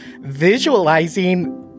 visualizing